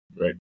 Right